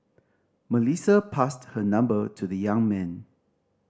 Melissa passed her number to the young man